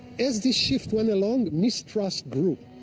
as the shift went along, mistrust grew,